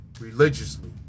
religiously